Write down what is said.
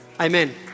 Amen